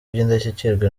by’indashyikirwa